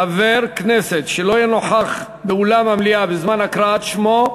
חבר כנסת שלא יהיה נוכח באולם המליאה בזמן הקראת שמו,